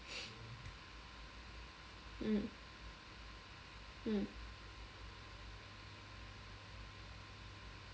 mm mm